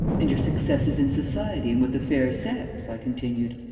and your successes in society and with the fair sex? i continued.